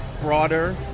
broader